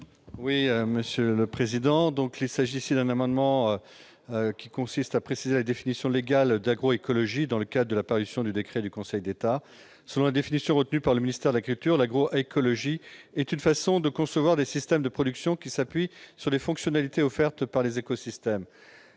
présenter l'amendement n° 119 rectifié. Cet amendement vise à préciser la définition légale de l'agroécologie, dans le cadre de la parution d'un décret du Conseil d'État. Selon la définition retenue par le ministère de l'agriculture et de l'alimentation, l'agroécologie est une façon de concevoir des systèmes de production qui s'appuient sur les fonctionnalités offertes par les écosystèmes.